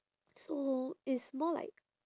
so it's more like